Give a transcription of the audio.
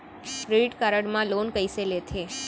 Credit card मा loan कइसे लेथे?